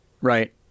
right